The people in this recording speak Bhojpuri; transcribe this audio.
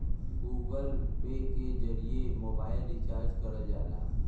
गूगल पे के जरिए मोबाइल रिचार्ज करल जाला